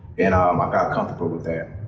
and um i got comfortable with that.